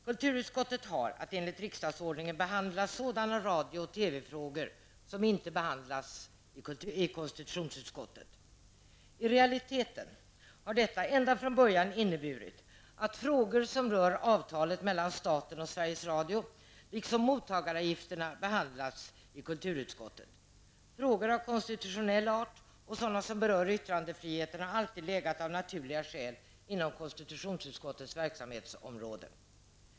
Kulturutskottet har enligt riksdagsordningen att behandla sådana radio och TV-frågor som inte behandlas av konstitutionsutskottet. I realiteten har detta ända från början inneburit att frågor som rör avtalet mellan staten och Sveriges Radio liksom mottagaravgifterna behandlats i kulturutskottet. Frågor av konstitutionell art och sådana som berör yttrandefriheten har av naturliga skäl alltid legat inom konstitutionsutskottets verksamhetsområde.